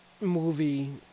movie